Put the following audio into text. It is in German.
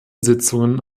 sitzungen